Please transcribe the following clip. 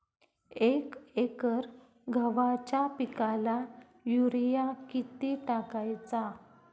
एक एकर गव्हाच्या पिकाला युरिया किती टाकायचा?